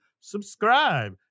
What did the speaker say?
subscribe